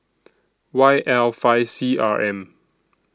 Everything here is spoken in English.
Y L five C R M